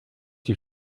die